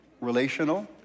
relational